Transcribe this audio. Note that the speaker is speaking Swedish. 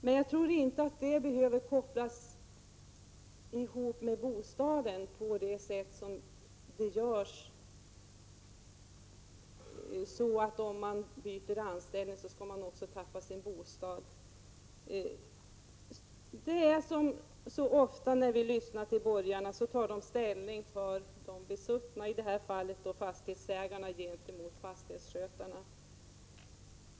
Däremot tror jag inte att det behöver kopplas ihop med bostaden på det sätt som här görs — den fastighetsskötare som byter anställning skulle också fråntas sin bostad. Ofta när de borgerliga talar tar de ställning för de besuttna — i det här fallet för fastighetsägarna, gentemot fastighetsskötarna.